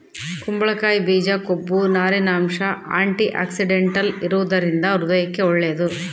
ಕುಂಬಳಕಾಯಿ ಬೀಜ ಕೊಬ್ಬು, ನಾರಿನಂಶ, ಆಂಟಿಆಕ್ಸಿಡೆಂಟಲ್ ಇರುವದರಿಂದ ಹೃದಯಕ್ಕೆ ಒಳ್ಳೇದು